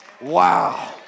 Wow